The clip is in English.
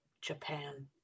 Japan